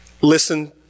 listen